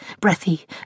breathy